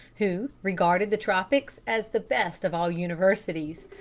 who regarded the tropics as the best of all universities.